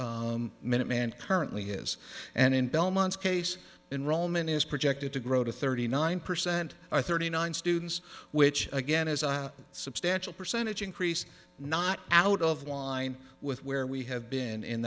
where minuteman currently is and in belmont case in roman is projected to grow to thirty nine percent or thirty nine students which again is a substantial percentage increase not out of line with where we have been in